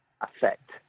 affect